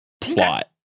plot